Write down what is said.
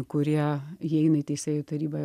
kurie įeina į teisėjų tarybą